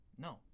No